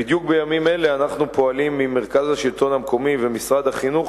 בדיוק בימים אלה אנחנו פועלים עם מרכז השלטון המקומי ועם משרד החינוך